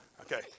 Okay